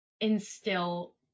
instill